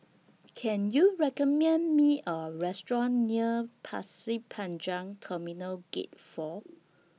Can YOU recommend Me A Restaurant near Pasir Panjang Terminal Gate four